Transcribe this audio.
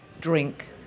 Drink